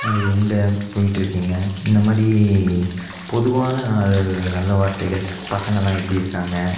எங்கே போய்கிட்டு இருக்கீங்க இந்த மாதிரி பொதுவான நாலு நல்ல வார்த்தைகள் பசங்கள்லாம் எப்படி இருக்காங்க